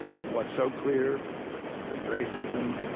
what's so clear with racism,